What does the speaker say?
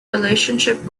relationship